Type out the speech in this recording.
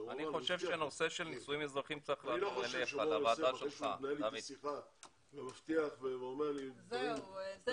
אני לא חושב שאחרי שהוא ניהל איתי שיחה והבטיח ואומר לי דברים,